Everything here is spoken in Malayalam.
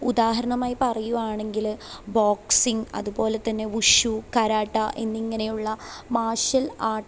ഉദാഹരണമായി പറയുകയാണെങ്കിൽ ബോക്സിങ് അതുപോലെ തന്നെ വുഷൂ കാരാട്ടാ എന്നിങ്ങനെയുള്ള മാഷൽ